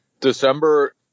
December